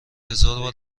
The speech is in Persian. هزاربار